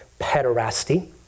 pederasty